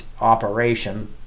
operation